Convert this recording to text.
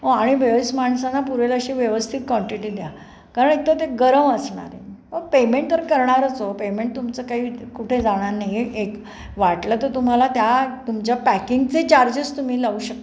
हो आणि वीस माणसाना पुरेल अशी व्यवस्थित क्वांटिटी द्या कारण एक तर ते गरम असणार आहे हो पेमेंट तर करणारच हो पेमेंट तुमचं काही कुठे जाणार नाही आहे एक वाटलं तर तुम्हाला त्या तुमच्या पॅकिंगचे चार्जेस तुम्ही लावू शकता